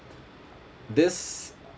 this